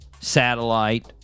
satellite